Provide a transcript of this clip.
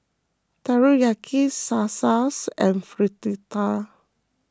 Teriyaki Salsa and Fritada